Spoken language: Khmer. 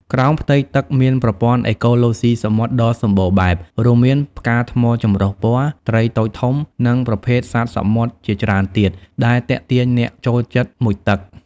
ក្រោមផ្ទៃទឹក មានប្រព័ន្ធអេកូឡូស៊ីសមុទ្រដ៏សម្បូរបែប រួមមាន ផ្កាថ្មចម្រុះពណ៌ ត្រីតូចធំ និងប្រភេទសត្វសមុទ្រជាច្រើនទៀត ដែលទាក់ទាញអ្នកចូលចិត្តមុជទឹក។